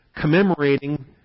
commemorating